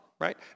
right